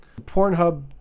Pornhub